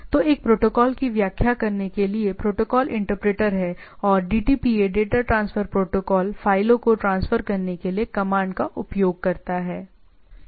तो एक प्रोटोकॉल की व्याख्या करने के लिए प्रोटोकॉल इंटरप्रेटर है और DTPA डेटा ट्रांसफर प्रोटोकॉल फ़ाइलों को ट्रांसफर करने के लिए कमांड का उपयोग करता है